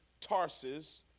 Tarsus